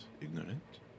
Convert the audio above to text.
ignorant